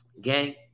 Gang